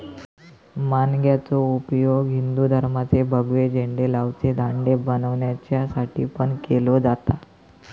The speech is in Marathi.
माणग्याचो उपयोग हिंदू धर्माचे भगवे झेंडे लावचे दांडे बनवच्यासाठी पण केलो जाता